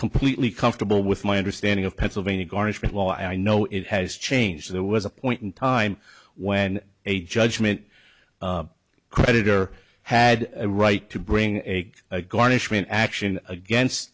completely comfortable with my understanding of pennsylvania garnishment law i know it has changed there was a point in time when a judgment creditor had a right to bring a garnishment action against